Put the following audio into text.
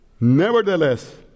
Nevertheless